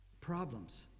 Problems